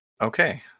Okay